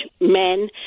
men